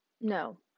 No